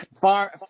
Far